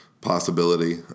possibility